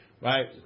Right